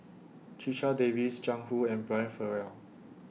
Checha Davies Jiang Hu and Brian Farrell